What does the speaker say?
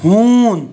ہوٗن